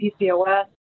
PCOS